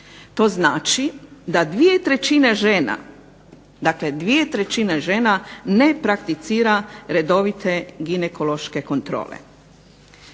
žena, dakle dvije trećina žena ne prakticira redovite ginekološke kontrole.